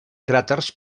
cràters